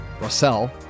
Russell